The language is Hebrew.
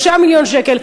3 מיליון שקל.